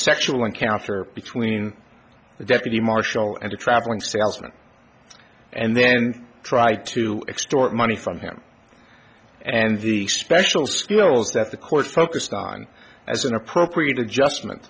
sexual encounter between a deputy marshal and a traveling salesman and then try to extort money from him and the special skills that the court focused on as an appropriate adjustment